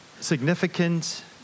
significant